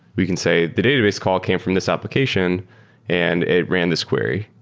we can say, the database call came from this application and it ran this query,